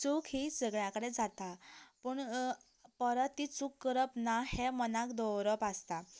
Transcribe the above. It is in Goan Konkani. चूक ही सगळ्यां कडेन जाता पूण परत ती चूक करप ना हें मनांत दवरप आसता